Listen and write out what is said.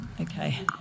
okay